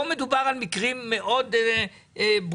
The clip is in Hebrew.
פה מדובר על מקרים מאוד ברורים.